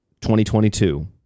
2022